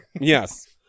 Yes